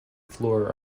floor